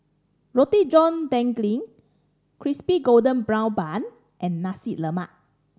Roti John Daging Crispy Golden Brown Bun and Nasi Lemak